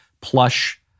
plush